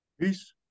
Peace